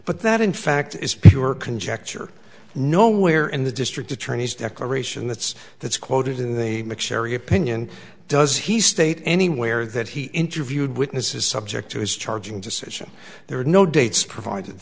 but that in fact is pure conjecture nowhere in the district attorney's declaration that's that's quoted in the mcsherry opinion does he state anywhere that he interviewed witnesses subject to his charging decision there are no dates provided